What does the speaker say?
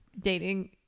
dating